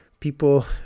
people